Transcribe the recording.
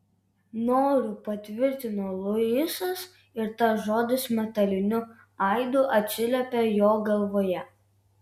noriu patvirtino luisas ir tas žodis metaliniu aidu atsiliepė jo galvoje